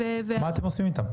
מה אתם עושים איתן?